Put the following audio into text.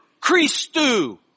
Christu